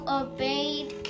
obeyed